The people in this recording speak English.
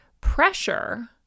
pressure